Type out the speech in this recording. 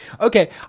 okay